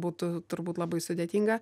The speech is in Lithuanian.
būtų turbūt labai sudėtinga